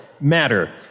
matter